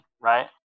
right